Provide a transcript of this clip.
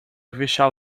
vishal